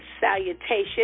salutation